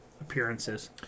appearances